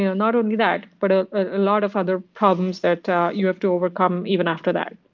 you know not only that, but a ah lot of other problems that that you have to overcome even after that.